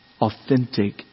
authentic